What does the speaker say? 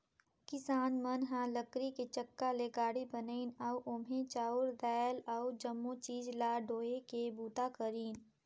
किसान मन ह लकरी के चक्का ले गाड़ी बनाइन अउ ओम्हे चाँउर दायल अउ जमो चीज ल डोहे के बूता करिन